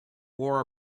wore